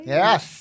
yes